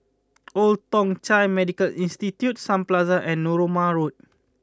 Old Thong Chai Medical Institution Sun Plaza and Narooma Road